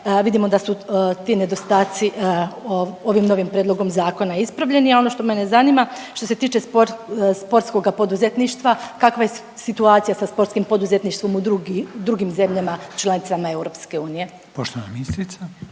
Vidimo da su ti nedostaci ovim novim prijedloga zakona ispravljeni, a ono što mene zanima što se tiče sportskoga poduzetništva kakva je situacija sa sportskim poduzetništvom u drugim zemljama članicama EU? **Reiner, Željko (HDZ)** Poštovana ministrica.